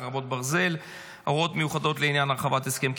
For the past year,